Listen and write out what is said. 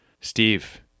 Steve